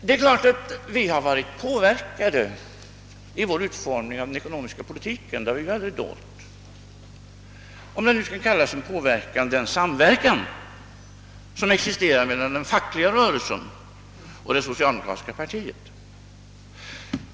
Det är klart att vi vid utformningen av förslaget påverkats av den fackliga rörelsen, om nu den samverkan som existerar mellan den fackliga rörelsen och det socialdemokratiska partiet kan kallas för påverkan.